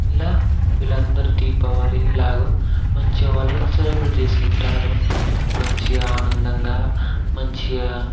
ఇలా వీళ్ళందరూ దీపావళి ఇలాగ మంచిగ వాళ్ళు సెలెబ్రేట్ చేసుకుంటారు మంచిగా ఆనందంగా మంచిగా